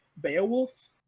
Beowulf